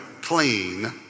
clean